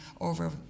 over